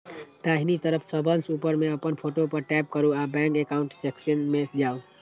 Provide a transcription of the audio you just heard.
दाहिना तरफ सबसं ऊपर मे अपन फोटो पर टैप करू आ बैंक एकाउंट सेक्शन मे जाउ